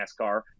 NASCAR